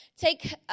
take